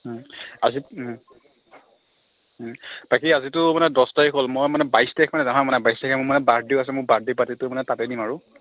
আজি বাকী আজিটো মানে দহ তাৰিখ হ'ল মই মানে বাইছ তাৰিখ মানে যাম হা মানে বাইছ তাৰিখ মানে মোৰ বাৰ্থডে'ও আছে মোৰ বাৰ্থডে' পাৰ্টিটো মানে তাতেই দিম আৰু